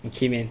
okay man